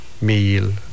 meal